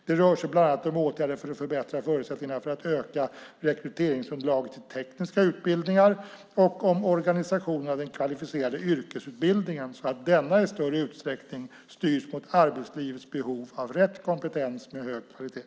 Det rör sig bland annat om åtgärder för att förbättra förutsättningarna för att öka rekryteringsunderlaget till tekniska utbildningar och om organiseringen av den kvalificerade yrkesutbildningen så att denna i större utsträckning styrs mot arbetslivets behov av rätt kompetens med hög kvalitet.